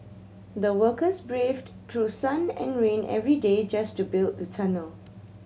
the workers braved through sun and rain every day just to build the tunnel